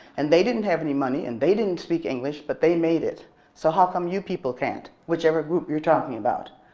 and they didn't have any money and they didn't speak english but they made it so how come you people can't, whichever group you're talking about.